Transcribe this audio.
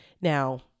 Now